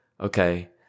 okay